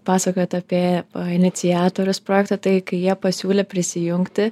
pasakojot apie iniciatorius projekto tai kai jie pasiūlė prisijungti